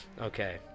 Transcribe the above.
okay